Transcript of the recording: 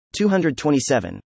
227